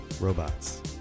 Robots